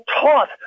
taught